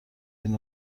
این